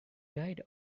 died